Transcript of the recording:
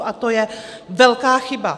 A to je velká chyba.